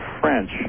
French